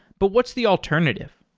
but what's the alternative?